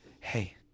hey